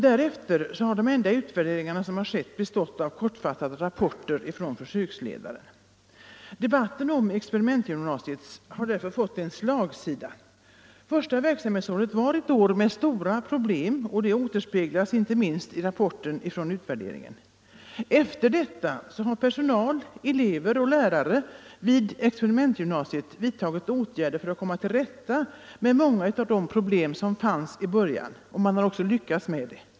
Därefter har de enda utvärderingar som skett bestått av kortfattade rapporter från försöksledare. Debatten om experimentgymnasiet har därför fått slagsida. Första verksamhetsåret var ett år med stora problem och detta återspeglas inte minst i rapporten från utvärderingen. Efter detta har personal, elever och lärare vid experimentgymnasiet vidtagit åtgärder för att komma till rätta med många av de problem som fanns i början och man har även lyckats med detta.